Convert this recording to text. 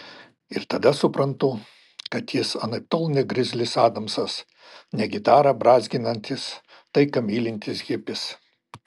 ir tada suprantu kad jis anaiptol ne grizlis adamsas ne gitarą brązginantis taiką mylintis hipis